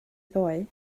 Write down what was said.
ddoe